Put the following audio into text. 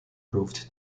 proved